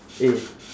A